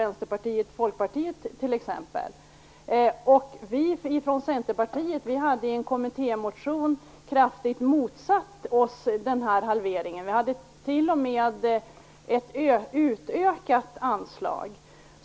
Vänsterpartiet och Folkpartiet. Från Centerpartiet hade vi i en kommittémotion kraftigt motsatt oss denna halvering. Vi föreslog t.o.m. ett utökat anslag.